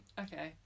Okay